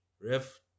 Ref